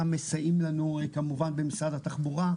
גם מסייעים לנו כמובן במשרד התחבורה,